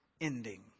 ending